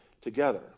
together